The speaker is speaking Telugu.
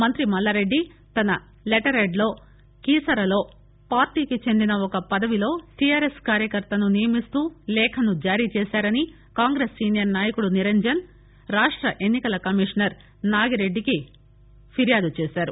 మంత్రి మల్లారెడ్డి తన లెటర్ హెడ్ లో కీసరలో పార్లీకి చెందిన ఒక పదవిలో టీఆర్ఎస్ కార్యకర్తను నియమిస్తూ లేఖను జారీ చేశారని కాంగ్రెస్ సీనియర్ నాయకుడు నిరంజన్ రాష్ట ఎన్ని కల కమిషనర్ నాగిరెడ్డికి ఆరోపించారు